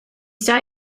start